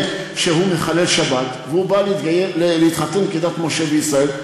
שהוא מחלל שבת והוא בא להתחתן כדת משה וישראל.